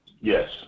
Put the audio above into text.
Yes